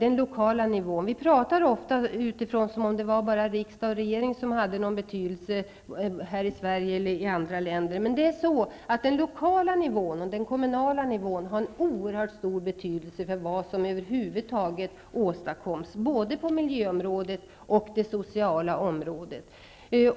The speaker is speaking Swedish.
Vi talar ofta som om det var bara riksdag och regering som hade någon betydelse här i Sverige och i andra länder. Men den lokala nivån, den kommunala nivån, har en oerhört stor betydelse för vad som över huvud taget åstadkoms både på miljöområdet och på det sociala området.